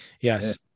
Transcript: Yes